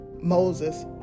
Moses